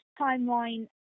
timeline